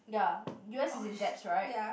ya U_S is in debts right